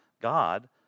God